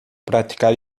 praticar